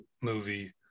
movie